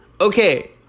okay